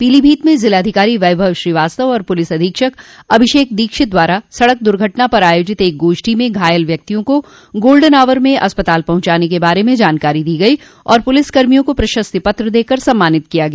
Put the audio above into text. पीलीभीत में जिलाधिकारी वैभव श्रीवास्तव और पुलिस अधीक्षक अभिषेक दीक्षित द्वारा सड़क द्र्घटना पर आयोजित एक गोष्ठी में घायल व्यक्तियों को गोल्डन आवर में अस्पताल पहुंचाने के बारे में जानकारी दी गई और पुलिस कर्मियों को प्रशस्ति पत्र देकर सम्मानित किया गया